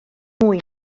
mwy